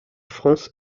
france